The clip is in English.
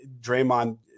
Draymond